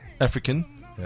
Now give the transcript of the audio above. African